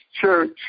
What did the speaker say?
Church